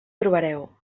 trobareu